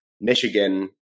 Michigan